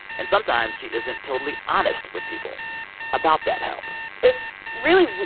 and sometimes she isn't totally honest with people about that help it's really,